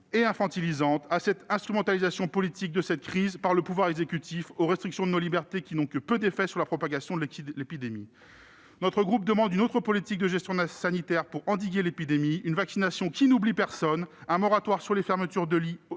et infantilisante, à l'instrumentalisation politique de cette crise par le pouvoir exécutif et aux restrictions de nos libertés qui n'ont que peu d'effets sur la propagation de l'épidémie. Notre groupe demande une autre politique de gestion sanitaire pour endiguer l'épidémie : une vaccination qui n'oublie personne, un moratoire sur les fermetures de lits